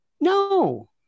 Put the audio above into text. no